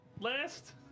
last